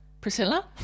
Priscilla